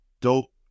dope